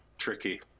tricky